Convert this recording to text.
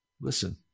Listen